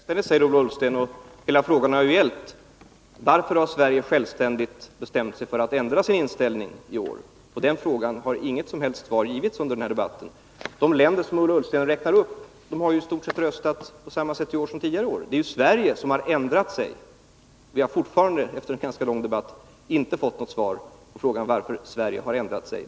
Herr talman! Vår inställning är självständig, säger herr Ullsten — och hela frågan har ju gällt varför Sverige självständigt har bestämt sig för att ändra inställning i år. På den frågan har inget som helst svar givits under denna debatt. De länder som Ola Ullsten räknar upp har i år röstat på i stort sett samma vis som tidigare år. Det är ju Sverige som har ändrat sig. Vi har fortfarande efter en ganska lång debatt inte fått något svar på frågan varför Sverige har ändrat sig.